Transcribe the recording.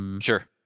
Sure